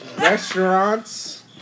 restaurants